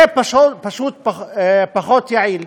זה פשוט פחות יעיל.